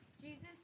Jesus